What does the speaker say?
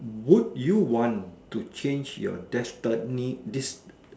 would you want to change your destiny this